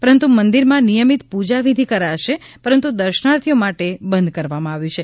પરંતુ મંદિરમાં નિયમિત પુજા વિધિ કરાશે પરંતુ દર્શનાર્થીઓ માટે બંધ કરવામાં આવેલ છે